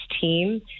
team